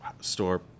store